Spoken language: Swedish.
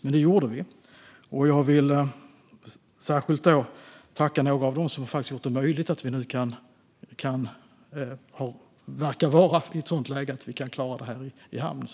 Men det gjorde vi, och jag vill särskilt tacka några av dem som faktiskt har gjort det möjligt att läget nu verkar vara sådant att vi kan klara att ro detta i hamn.